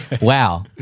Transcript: Wow